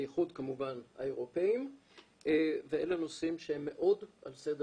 בייחוד כמובן האירופאים ואלה נושאים שהם מאוד על סדר